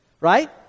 right